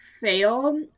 fail